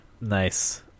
Nice